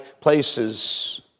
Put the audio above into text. places